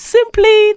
Simply